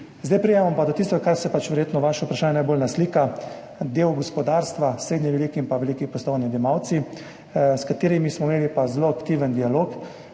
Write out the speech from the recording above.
Zdaj pridemo pa do tistega, česar se verjetno vaše vprašanje najbolj dotika. Del gospodarstva, srednje veliki in veliki poslovni odjemalci, s katerimi smo imeli zelo aktiven dialog,